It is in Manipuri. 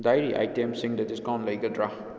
ꯗꯥꯏꯔꯤ ꯏꯇꯦꯝꯁꯁꯤꯡꯗ ꯗꯤꯁꯀꯥꯎꯟ ꯂꯩꯒꯗ꯭ꯔꯥ